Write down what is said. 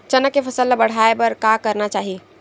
चना के फसल बढ़ाय बर का करना चाही?